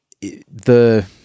the-